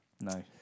No